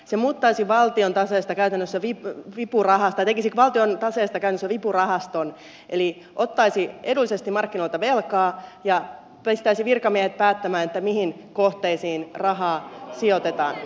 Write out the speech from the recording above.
se tekisi valtion taseesta käytännössä vip vipurahasto tekisi valtion tasettakään vipurahaston eli ottaisi edullisesti markkinoilta velkaa ja pistäisi virkamiehet päättämään mihin kohteisiin rahaa sijoitetaan